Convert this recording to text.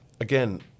Again